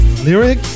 lyric